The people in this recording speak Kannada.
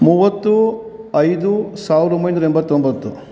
ಮೂವತ್ತು ಐದು ಸಾವಿರದ ಒಂಬೈನೂರ ಎಂಬತ್ತೊಂಬತ್ತು